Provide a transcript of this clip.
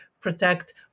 protect